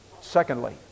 Secondly